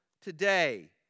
today